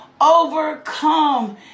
overcome